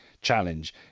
challenge